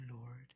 Lord